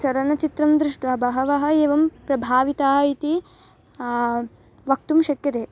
चलनचित्रं दृष्ट्वा बहवः एवं प्रभाविताः इति वक्तुं शक्यते